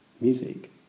music